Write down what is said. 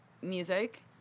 music